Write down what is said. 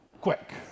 quick